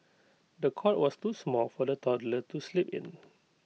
the cot was too small for the toddler to sleep in